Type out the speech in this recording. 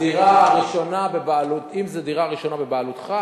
אם זו דירה ראשונה בבעלותך,